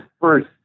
first